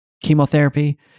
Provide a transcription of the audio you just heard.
chemotherapy